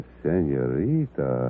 senorita